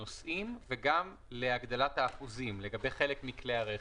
הנוסעים וגם להגדלת האחוזים לגבי חלק מכלי הרכב.